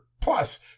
plus